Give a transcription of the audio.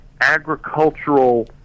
agricultural